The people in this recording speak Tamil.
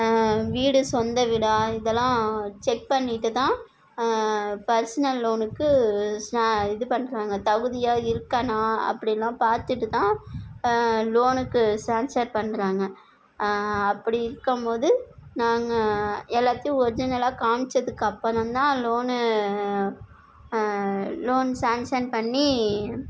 வீடு சொந்த வீடா இதெல்லாம் செக் பண்ணிட்டு தான் பர்ஸ்னல் லோனுக்கு சா இது பண்ணுறாங்க தகுதியாக இருக்கேனா அப்படிலாம் பார்த்துட்டு தான் லோனுக்கு சேங்க்ஷேன் பண்ணுறாங்க அப்படி இருக்கும்போது நாங்கள் எல்லாத்தையும் ஒர்ஜினலாக காமித்தத்துக்கு அப்புறந்தான் லோனு லோன் சேங்க்ஷன் பண்ணி